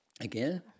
Again